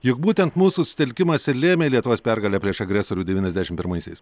juk būtent mūsų susitelkimas ir lėmė lietuvos pergalę prieš agresorių devyniasdešim pirmaisiais